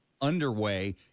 underway